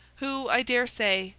who, i dare say,